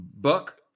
Buck